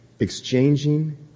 exchanging